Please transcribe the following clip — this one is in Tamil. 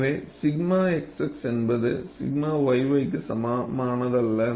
எனவே 𝛔 xx என்பது 𝛔 yy க்கு சமமானதல்ல